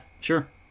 Sure